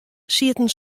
sieten